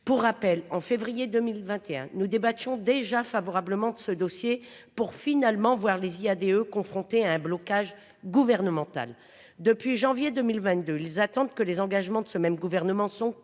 Pour rappel, en février 2021 nous débattions déjà favorablement de ce dossier pour finalement voir les IADE confronté à un blocage gouvernemental depuis janvier 2022, ils attendent que les engagements de ce même gouvernement sont se